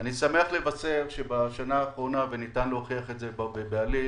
אני שמח לבשר שבשנה האחרונה וניתן להוכיח את זה פה בעליל